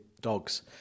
dogs